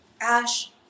ash